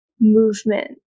movement